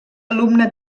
alumne